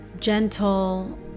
gentle